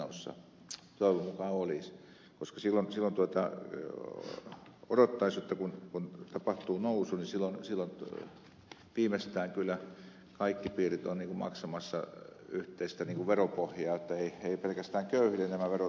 toivon mukaan olisi koska silloin odottaisi jotta kun tapahtuu nousu silloin viimeistään kyllä kaikki piirit ovat maksamassa yhteistä veropohjaa että eivät pelkästään köyhille nämä verot satu